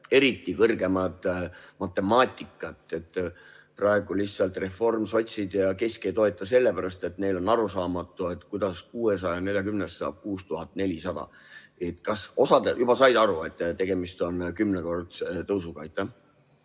mingit kõrgemat matemaatikat? Praegu lihtsalt reform, sotsid ja kesk ei toeta sellepärast, et neile on arusaamatu, kuidas 640‑st saab 6400. Kas osa juba sai aru, et tegemist on 10‑kordse tõusuga?